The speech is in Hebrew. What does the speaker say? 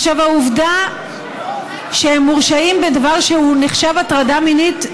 העובדה שהם מורשעים בדבר שנחשב הטרדה מינית,